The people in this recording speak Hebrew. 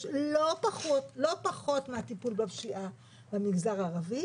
לא פחות מהטיפול בפשיעה במגזר הערבי,